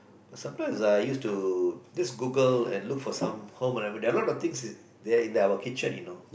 but sometimes I use to just Google and look for some home remedies a lot of things is are in our home kitchen you know